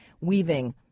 weaving